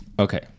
Okay